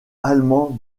allemand